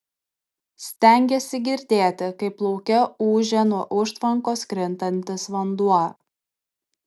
stengėsi girdėti kaip lauke ūžia nuo užtvankos krintantis vanduo